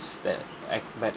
that act might